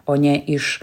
o ne iš